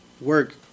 work